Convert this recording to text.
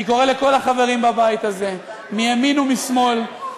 אני קורא לכל החברים בבית הזה, מימין ומשמאל,